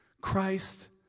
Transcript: Christ